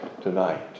tonight